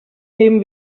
nehmen